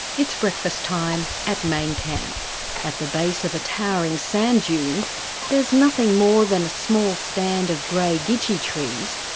it's breakfast time at main camp at the base of a towering sand dune there's nothing more than a small stand of grey gidgee trees,